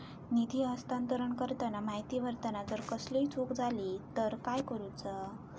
निधी हस्तांतरण करताना माहिती भरताना जर कसलीय चूक जाली तर काय करूचा?